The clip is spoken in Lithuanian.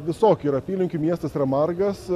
visokių yra apylinkių miestas yra margas